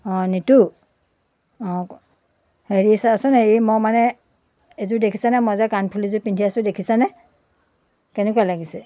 অঁ নিতু হেৰি চাচোন হেৰি মই মানে এইযোৰ দেখিছানে মই যে কাণফুলিযোৰ পিন্ধি আছো দেখিছানে কেনেকুৱা লাগিছে